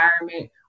environment